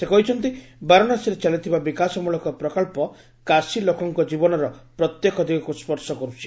ସେ କହିଛନ୍ତି ଯେ ବାରାଣାସୀରେ ଚାଲିଥିବା ବିକାଶମୂଳକ ପ୍ରକଳ୍ପ କାଶୀ ଲୋକଙ୍କ ଜୀବନର ପ୍ରତ୍ୟେକ ଦିଗକୁ ସ୍ୱର୍ଶ କରୁଛି